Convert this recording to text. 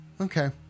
Okay